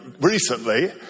recently